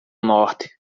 norte